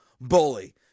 Bully